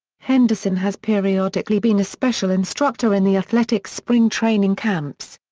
henderson has periodically been a special instructor in the athletics' spring training camps.